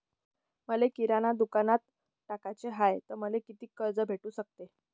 मले किराणा दुकानात टाकाचे हाय तर मले कितीक कर्ज भेटू सकते?